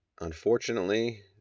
unfortunately